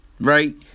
right